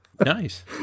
Nice